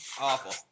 Awful